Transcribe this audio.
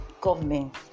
government